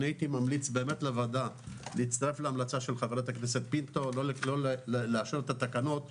הייתי ממליץ להצטרף להמלצה של חברת הכנסת פינטו לא לאשר את התקנות,